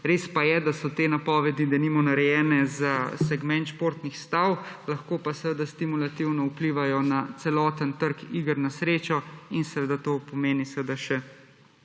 Res je, da so te napovedi denimo narejene za segment športnih stav, lahko pa seveda stimulativno vplivajo na celoten trg iger na srečo in seveda to pomeni še dodatne